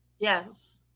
Yes